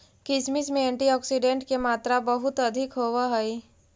किशमिश में एंटीऑक्सीडेंट के मात्रा बहुत अधिक होवऽ हइ